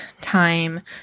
time